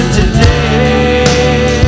today